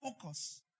Focus